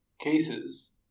cases